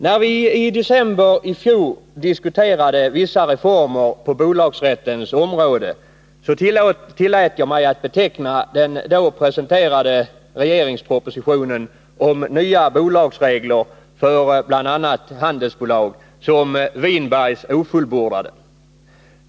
När vi i december i fjol diskuterade vissa reformer på bolagsrättens område tillät jag mig att beteckna den då presenterade regeringspropositionen om nya bolagsregler för bl.a. handelsbolag som Winbergs ofullbordade.